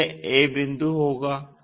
तो यह a बिंदु होगा